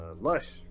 Lush